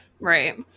right